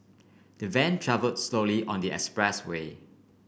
the van travel slowly on the expressway